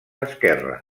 esquerre